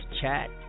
chat